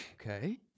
okay